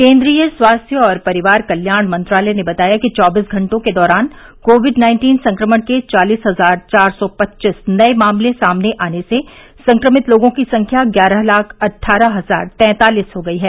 केन्द्रीय स्वास्थ्य और परिवार कल्याण मंत्रालय ने बताया कि चौबीस घंटों के दौरान कोविड नाइन्टीन संक्रमण के चालीस हजार चार सौ पच्चीस नये मामले सामने आने से संक्रमित लोगों की संख्या ग्यारह लाख अट्ठारह हजार तैंतालीस हो गई है